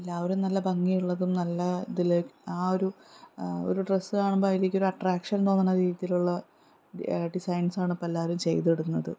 എല്ലാവരും നല്ല ഭംഗിയുള്ളതും നല്ല ഇതിൽ ആ ഒരു ഒരു ഡ്രസ്സ് കാണുമ്പോൾ അതിലേക്കൊരു അട്രാക്ഷൻ തോന്നണ രീതിയിലുള്ള ഡിസൈൻസാണ് ഇപ്പോൾ എല്ലാവരും ചെയ്തിടുന്നത്